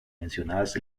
mencionadas